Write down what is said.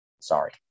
sorry